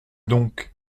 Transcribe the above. donc